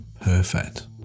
Perfect